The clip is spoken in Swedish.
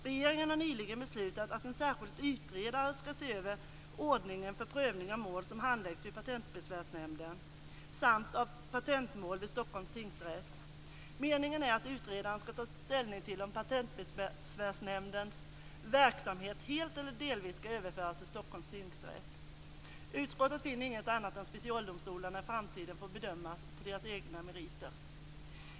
Regeringen har nyligen beslutat att en särskild utredare skall se över ordningen för prövning av mål som handläggs vid Patentbesvärsnämnden samt av patentmål vid Stockholms tingsrätt. Meningen är att utredaren skall ta ställning till om Patentbesvärsnämndens verksamhet helt eller delvis skall överföras till Stockholms tingsrätt. Utskottet finner inget annat än att specialdomstolarna i framtiden får bedömas på deras egna meriter.